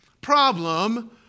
problem